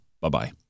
Bye-bye